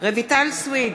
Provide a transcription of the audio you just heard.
רויטל סויד,